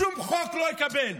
שום חוק לא נקבל.